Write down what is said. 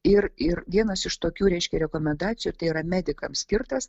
ir ir vienas iš tokių reiškia rekomendacijų tai yra medikams skirtas